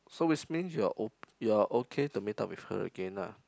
so which means you are ok~ you are okay to meet up with her again ah